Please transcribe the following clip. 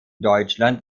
deutschland